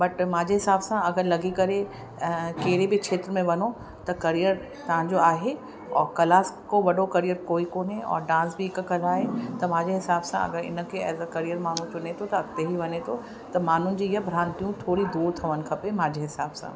but मुंहिंजे हिसाब सां अगरि लॻी करे कहिड़े बि क्षेत्र में वञो त करियर तव्हां जो आहे और कला खां वॾो करियर कोई कोन्हे और डांस बि हिकु कला आहे त मुंहिंजे हिसाब सां अगरि हिनखे एज़ अ करियर माण्हू चुने थो त अॻिते ई वञे थो त माण्हुनि जी इहे भ्रांतियूं थोरी दूरि थियणु खपे मुंहिंजे हिसाब सां